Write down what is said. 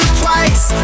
twice